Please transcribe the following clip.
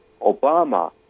Obama